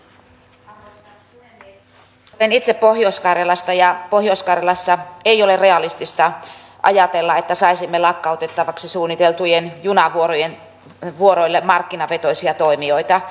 olen it se pohjois karjalasta ja ei ole realistista ajatella että pohjois karjalassa saisimme lakkautettavaksi suunnitelluille junavuoroille markkinavetoisia toimijoita